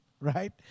right